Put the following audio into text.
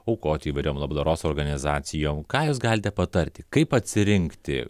aukoti įvairiom labdaros organizacijom ką jūs galite patarti kaip atsirinkti